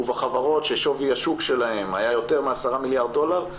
ובחברות ששווי השוק שלהן היה יותר מ-10 מיליארד דולר,